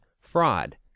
fraud